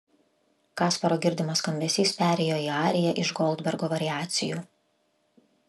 kasparo girdimas skambesys perėjo į ariją iš goldbergo variacijų